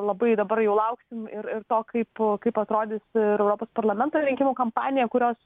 labai dabar jau lauksim ir ir to kaip kaip atrodys ir europos parlamento rinkimų kampanija kurios